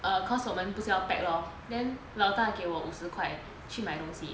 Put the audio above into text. err cause 我们不是要 pack lor then 老大给我五十块去卖东西